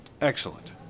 Excellent